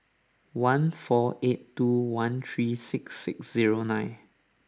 one four eight two one three six six zero nine